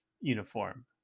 uniform